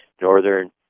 northern